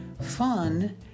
Fun